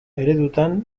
eredutan